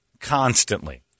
Constantly